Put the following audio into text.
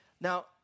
Now